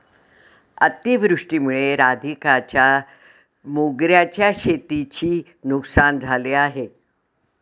अतिवृष्टीमुळे राधिकाच्या मोगऱ्याच्या शेतीची नुकसान झाले